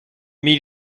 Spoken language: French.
mais